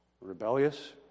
rebellious